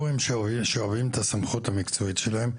הם שואבים את הסמכות המקצועית שלהם?